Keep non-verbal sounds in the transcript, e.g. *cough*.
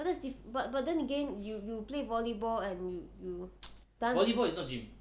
but that's but but then again you you play volleyball and you you dance *noise*